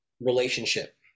relationship